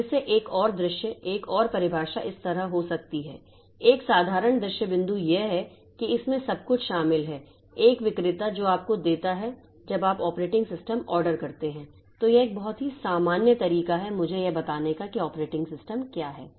फिर से एक और दृश्य एक और परिभाषा इस तरह हो सकती है एक साधारण दृश्य बिंदु यह है कि इसमें सब कुछ शामिल है एक विक्रेता जो आपको देता है जब आप ऑपरेटिंग सिस्टम आर्डर करते हैं तो यह एक बहुत ही सामान्य तरीका है मुझे यह बताने का कि ऑपरेटिंग सिस्टम क्या है